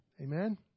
Amen